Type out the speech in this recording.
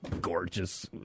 gorgeous